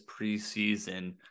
preseason